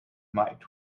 might